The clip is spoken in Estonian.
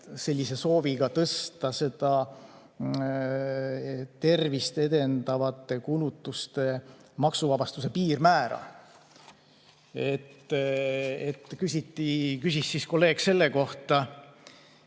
sellise sooviga tõsta tervist edendavate kulutuste maksuvabastuse piirmäära. Küsis siis kolleeg selle kohta.